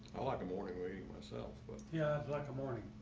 like a morning wait myself, but yeah, it's like a morning.